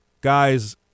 guys